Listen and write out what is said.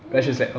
oo